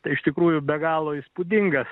tai iš tikrųjų be galo įspūdingas